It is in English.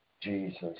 Jesus